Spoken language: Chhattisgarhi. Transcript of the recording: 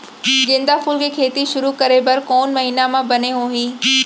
गेंदा फूल के खेती शुरू करे बर कौन महीना मा बने होही?